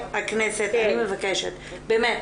וחברי הכנסת, אני מבקשת באמת,